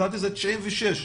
לדעתי 96',